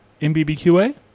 MBBQA